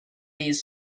these